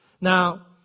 Now